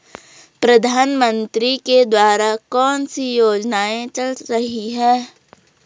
प्रधानमंत्री के द्वारा कौनसी योजनाएँ चल रही हैं?